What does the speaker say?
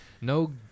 no